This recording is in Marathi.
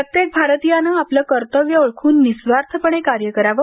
प्रत्येक भारतीयानं आपलं कर्तव्य ओळखून निस्वार्थपणे कार्य करावे